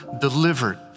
delivered